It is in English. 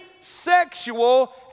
sexual